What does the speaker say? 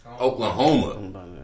Oklahoma